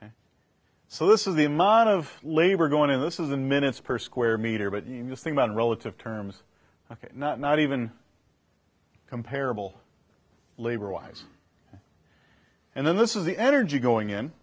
so this is the amount of labor going in this is the minutes per square meter but you know the thing about relative terms ok not not even comparable labor wise and then this is the energy going in